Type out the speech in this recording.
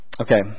okay